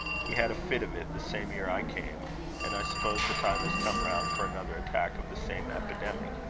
we had a fit of it the same year i came and i suppose the time has come round for another attack of the same epidemic.